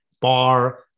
bar